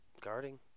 Guarding